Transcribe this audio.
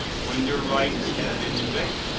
when their rights have been invaded.